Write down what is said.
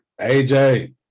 AJ